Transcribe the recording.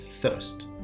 thirst